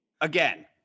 again